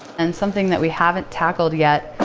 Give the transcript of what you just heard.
and something that we haven't tackled yet,